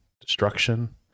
destruction